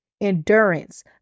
endurance